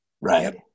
Right